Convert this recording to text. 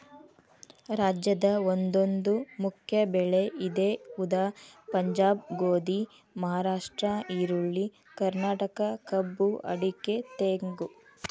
ರಾಜ್ಯದ ಒಂದೊಂದು ಮುಖ್ಯ ಬೆಳೆ ಇದೆ ಉದಾ ಪಂಜಾಬ್ ಗೋಧಿ, ಮಹಾರಾಷ್ಟ್ರ ಈರುಳ್ಳಿ, ಕರ್ನಾಟಕ ಕಬ್ಬು ಅಡಿಕೆ ತೆಂಗು